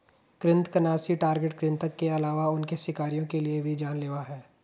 कृन्तकनाशी टारगेट कृतंक के अलावा उनके शिकारियों के लिए भी जान लेवा हैं